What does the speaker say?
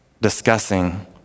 discussing